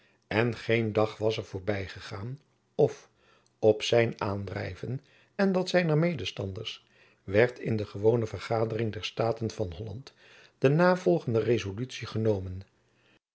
en geen dag was er voorby gegaan of op zijn aandrijven en dat zijner medestanders werd in de gewone vergadering der staten van holland de navolgende rezolutie genomen